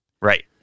Right